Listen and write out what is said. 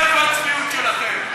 איפה הצביעות שלכם?